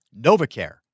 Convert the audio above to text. Novacare